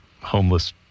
homeless